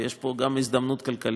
יש פה גם הזדמנות כלכלית,